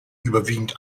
überwiegend